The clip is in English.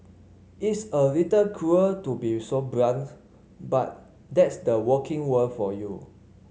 it's a little cruel to be so blunt but that's the working world for you